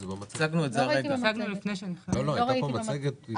זה הופיע במצגת.